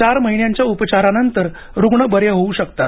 चार महिन्यांच्या उपचारानंतर रुग्ण बरे होऊ शकतात